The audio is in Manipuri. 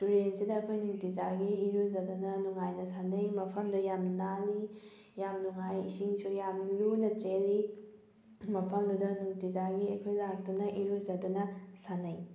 ꯇꯨꯔꯦꯟꯁꯤꯗ ꯑꯩꯈꯣꯏ ꯅꯨꯡꯇꯤꯖꯥꯏꯒꯤ ꯏꯔꯨꯖꯗꯅ ꯅꯨꯡꯉꯥꯏꯅ ꯁꯥꯟꯅꯩ ꯃꯐꯝꯗꯣ ꯌꯥꯝ ꯅꯥꯜꯂꯤ ꯌꯥꯝ ꯅꯨꯡꯉꯥꯏ ꯏꯁꯤꯡꯁꯨ ꯌꯥꯝ ꯂꯨꯅ ꯆꯦꯜꯂꯤ ꯃꯐꯝꯗꯨꯗ ꯅꯨꯡꯇꯤꯖꯥꯏꯒꯤ ꯑꯩꯈꯣꯏ ꯂꯥꯛꯇꯨꯅ ꯏꯔꯨꯖꯗꯨꯅ ꯁꯥꯟꯅꯩ